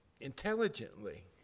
intelligently